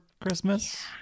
Christmas